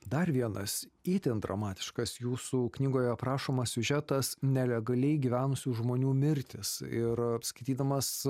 dar vienas itin dramatiškas jūsų knygoje aprašomas siužetas nelegaliai gyvenusių žmonių mirtis ir apskaitydamas